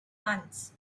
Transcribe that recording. months